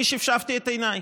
אני שפשפתי את עיניי,